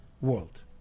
world